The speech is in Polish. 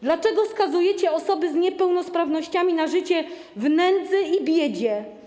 Dlaczego skazujecie osoby z niepełnosprawnościami na życie w nędzy i biedzie?